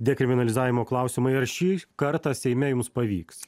dekriminalizavimo klausimai ar šį kartą seime jums pavyks